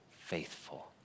faithful